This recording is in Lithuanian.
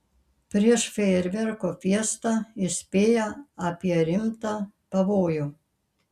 prieš fejerverkų fiestą įspėja apie rimtą pavojų